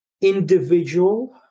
individual